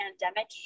pandemic